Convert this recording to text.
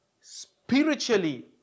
spiritually